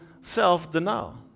self-denial